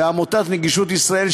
ועמותת "נגישות ישראל",